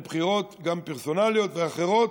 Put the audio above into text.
הן בחירות פרסונליות ואחרות,